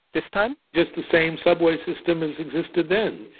this time. just the same subway system as existed then,